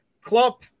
Klopp